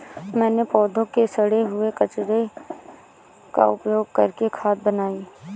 मैंने पौधों के सड़े हुए कचरे का उपयोग करके खाद बनाई